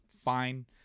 fine